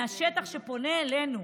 מהשטח שפונה אלינו,